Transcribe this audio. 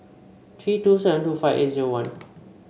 three two seven two five eight zero one